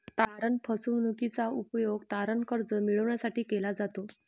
तारण फसवणूकीचा उपयोग तारण कर्ज मिळविण्यासाठी केला जातो